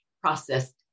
processed